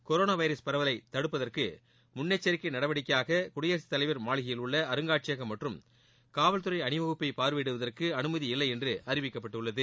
corona virus பரவலை தடுப்பதற்கு முன்னெச்சிக்கை நடவடிக்கையாக குடியரசுத்தலைவர் மாளிகையில் உள்ள அருங்காட்சியகம் மற்றும் காவல்துறை அணிவகுப்பை பார்வையிடுவதற்கு அனுமதியில்லை என்று அறிவிக்கப்பட்டுள்ளது